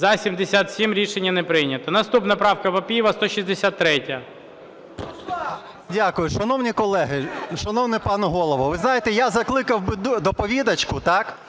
За-77 Рішення не прийнято. Наступна правка Папієва 163.